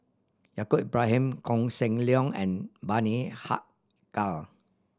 Yaacob Ibrahim Koh Seng Leong and Bani Haykal